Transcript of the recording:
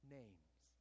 names